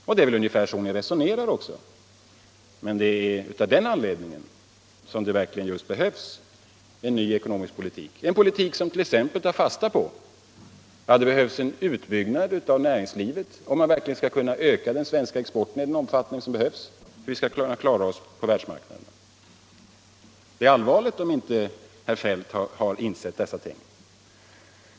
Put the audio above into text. Det är väl ungefär så ni resonerar, och det är av den antedningen som det verkligen behövs en ny ekonomisk politik, en politik som t.ex. tar fasta på att det är nödvändigt med en utbyggnad av näringslivet om man skall kunna öka den svenska exporten i den omfattning som behövs för att vi skall kunna klara oss på världsmarknaden. Det är allvarligt om inte herr Feldt har insett dessa ting.